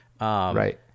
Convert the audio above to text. Right